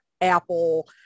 Apple